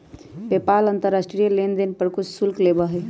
PayPal अंतर्राष्ट्रीय लेनदेन पर कुछ शुल्क लेबा हई